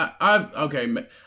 okay